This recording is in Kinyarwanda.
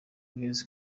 girls